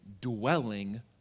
dwelling